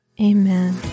Amen